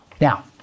Now